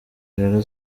rero